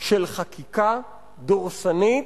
של חקיקה דורסנית,